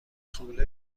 خوام